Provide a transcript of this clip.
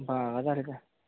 बाजार आहे का